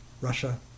Russia